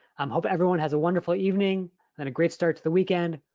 um hope everyone has a wonderful evening and a great start to the weekend.